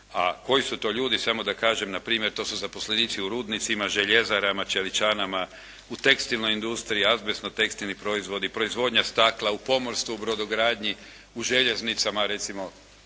na primjer to su zaposlenici u rudnicima, željezarama, čeličanama, u tekstilnoj industriji, …/Govornik se ne razumije./… tekstilni proizvodi, proizvodnja stakla, u pomorstvu, brodogradnji, u željeznicama recimo